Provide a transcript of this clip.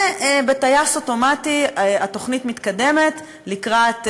ובטייס אוטומטי התוכנית מתקדמת לקראת אישור,